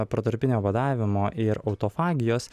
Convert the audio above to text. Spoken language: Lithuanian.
protarpinio badavimo ir autofagijos